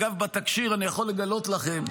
אגב, בתקשי"ר, אני יכול לגלות לכם